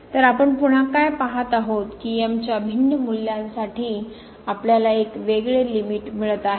तर आपण पुन्हा काय पाहत आहोत की m च्या भिन्न मूल्यांसाठी आपल्याला एक वेगळे लिमिट मिळत आहे